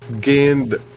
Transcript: gained